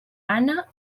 anna